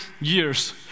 years